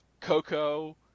Coco